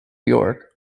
york